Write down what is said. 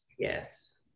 Yes